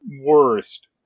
worst